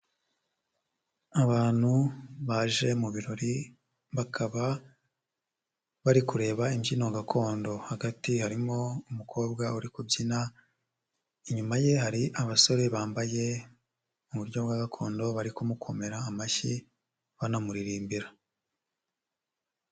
Abantu baje mu birori bakaba bari kureba imbyino gakondo, hagati harimo umukobwa uri kubyina, inyuma ye hari abasore bambaye mu buryo bwa gakondo bari kumukomera amashyi banamuririmbira.